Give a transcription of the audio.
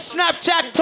Snapchat